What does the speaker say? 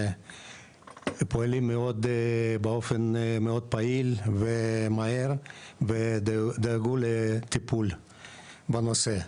פועלים באופן מאוד פעיל ומהיר ודאגו לטיפול בנושא.